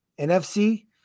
NFC